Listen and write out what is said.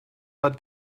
are